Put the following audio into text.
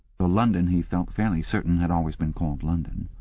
though london, he felt fairly certain, had always been called london.